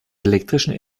elektrischen